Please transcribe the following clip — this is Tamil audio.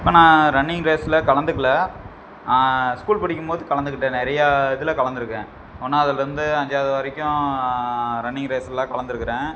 இப்போ நான் ரன்னிங் ரேஸில் கலந்துக்கல ஸ்கூல் படிக்கும் போது கலந்துக்கிட்டேன் நிறையா இதில் கலந்துருக்கேன் ஒன்றாவதலிர்ந்து அஞ்சாவது வரைக்கும் ரன்னிங் ரேஸுல்லாம் கலந்திருக்குறேன்